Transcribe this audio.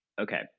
okay